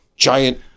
Giant